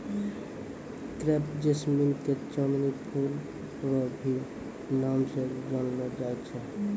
crepe jasmine के चांदनी फूल रो भी नाम से जानलो जाय छै